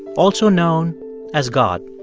also known as god.